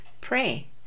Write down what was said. pray